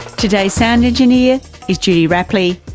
today's sound engineer is judy rapley.